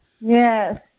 Yes